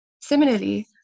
Similarly